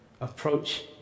approach